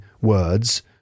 words